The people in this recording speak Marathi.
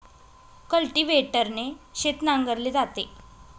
कल्टिव्हेटरने शेत नांगरले जाते